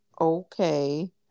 okay